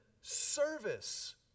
service